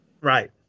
Right